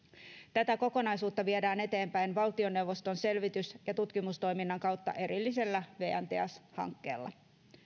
tätä kokonaisuutta viedään eteenpäin valtioneuvoston selvitys ja tutkimustoiminnan kautta erillisellä vn teas hankkeella